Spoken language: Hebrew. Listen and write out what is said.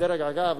כדרך אגב,